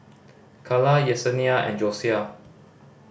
Calla Yessenia and Josiah